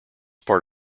part